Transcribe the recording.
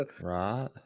Right